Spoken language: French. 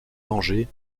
danger